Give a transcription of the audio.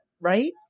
right